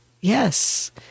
Yes